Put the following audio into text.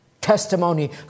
Testimony